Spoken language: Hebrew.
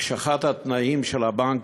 הקשחת התנאים של הבנקים,